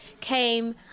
came